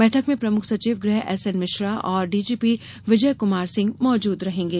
बैठक में प्रमुख सचिव गृह एसएन मिश्रा और डीजीपी विजय कुमार सिंह मौजूद रहेंगे